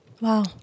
Wow